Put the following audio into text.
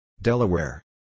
Delaware